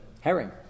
Herring